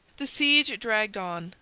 the siege dragged on,